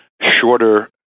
shorter